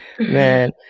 Man